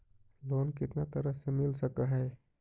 Loan कितना तरह से मिल सक है?